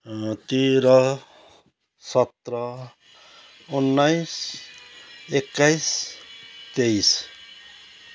तेह्र सत्र उन्नाइस एक्काइस तेइस